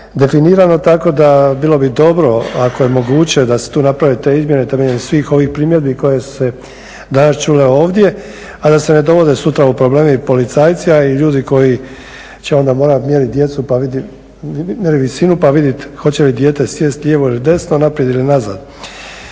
definirano tako da bilo bi dobro ako je moguće da se tu naprave te izmjene temeljem svih ovih primjedbi koje su se danas čule ovdje, a da se ne dovode sutra u probleme i policajci, a i ljudi koji će onda morati mjeriti djecu, mjeriti visinu pa vidit hoće li dijete sjest lijevo ili desno, naprijed ili nazad.